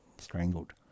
strangled